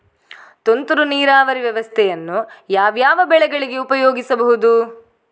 ತುಂತುರು ನೀರಾವರಿ ವ್ಯವಸ್ಥೆಯನ್ನು ಯಾವ್ಯಾವ ಬೆಳೆಗಳಿಗೆ ಉಪಯೋಗಿಸಬಹುದು?